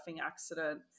accident